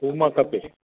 थूम खपे